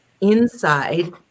inside